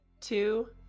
two